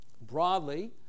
Broadly